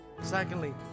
Secondly